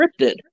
scripted